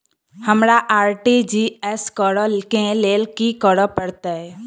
हमरा आर.टी.जी.एस करऽ केँ लेल की करऽ पड़तै?